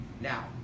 now